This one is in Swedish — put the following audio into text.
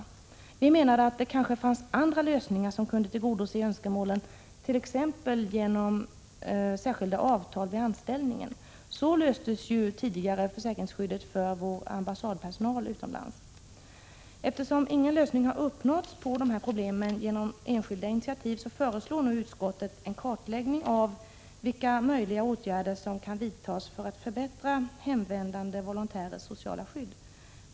Enligt vår mening kunde det kanske finnas andra lösningar för att tillgodose önskemålen, t.ex. särskilda avtal vid anställningen. Så löstes ju tidigare försäkringsskyddet för vår ambassadpersonal utomlands. Eftersom ingen lösning har uppnåtts av problemen genom enskilda initiativ, föreslår nu utskottet en kartläggning av vilka åtgärder som kan vidtas för att förbättra hemvändande volontärers sociala skydd.